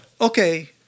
okay